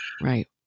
Right